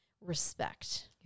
respect